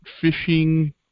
fishing